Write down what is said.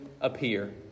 appear